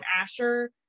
asher